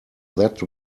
that